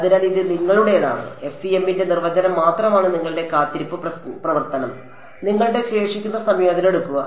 അതിനാൽ ഇത് നിങ്ങളുടേതാണ് FEM ന്റെ നിർവചനം മാത്രമാണ് നിങ്ങളുടെ കാത്തിരിപ്പ് പ്രവർത്തനം നിങ്ങളുടെ ശേഷിക്കുന്ന സംയോജനം എടുക്കുക